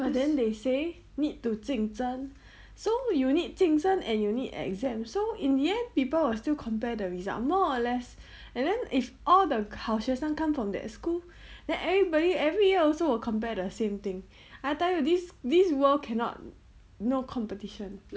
but then they say need to 竞争 so you need 竞争 and you need exam so in the end people will still compare the result more or less and then if all the culture some come from that school then everybody every year also will compare the same thing I tell you this this world cannot no competition